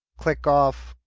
click off.